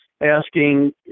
asking